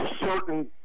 certain